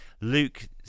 Luke